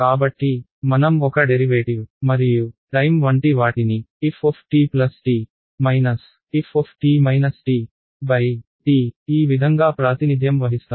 కాబట్టి మనం ఒక డెరివేటివ్ మరియు టైమ్ వంటి వాటిని ftt ft ఈ విధంగా ప్రాతినిధ్యం వహిస్తాము